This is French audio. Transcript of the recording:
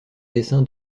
dessein